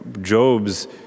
Job's